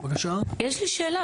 יש לי שאלה,